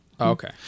Okay